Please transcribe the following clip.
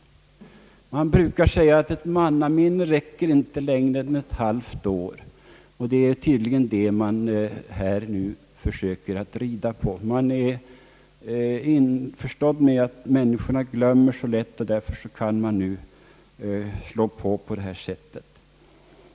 Man brukar säga, att ett mannaminne inte räcker längre än ett halvt år, och det är tydligen detta man här försöker ri da på. Man är införstådd med att människorna glömmer så lätt och därför kan man nu göra på detta sätt.